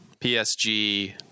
PSG